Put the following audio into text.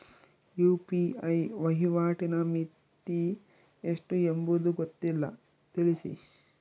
UPI ವಹಿವಾಟಿನ ಮಿತಿ ಎಷ್ಟು ಎಂಬುದು ಗೊತ್ತಿಲ್ಲ? ತಿಳಿಸಿ?